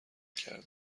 میکردن